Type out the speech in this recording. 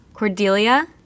Cordelia